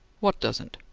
what doesn't?